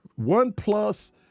OnePlus